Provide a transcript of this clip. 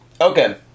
Okay